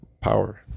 power